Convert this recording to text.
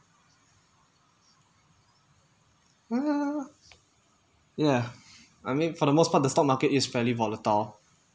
ya I mean for the most part the stock market is fairly volatile